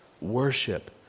worship